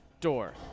Door